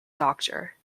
doctor